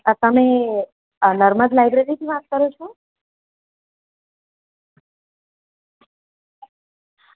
તમે નર્મદ લાઈબ્રેરીથી વાત કરો છો